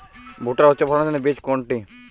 ভূট্টার উচ্চফলনশীল বীজ কোনটি?